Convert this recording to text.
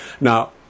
Now